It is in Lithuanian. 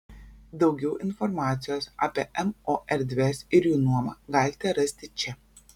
daugiau informacijos apie mo erdves ir jų nuomą galite rasti čia